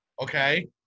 okay